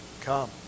Come